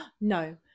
No